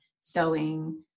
sewing